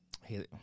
Hey